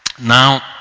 Now